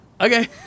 Okay